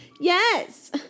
yes